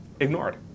ignored